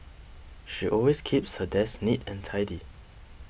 she always keeps her desk neat and tidy